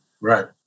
Right